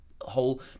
whole